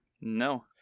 No